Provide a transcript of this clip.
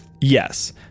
Yes